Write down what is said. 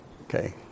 Okay